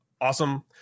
Awesome